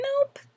Nope